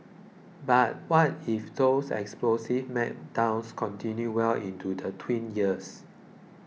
but what if those explosive meltdowns continue well into the tween years